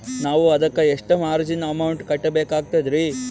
ನಾವು ಅದಕ್ಕ ಎಷ್ಟ ಮಾರ್ಜಿನ ಅಮೌಂಟ್ ಕಟ್ಟಬಕಾಗ್ತದ್ರಿ?